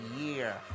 year